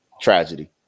tragedy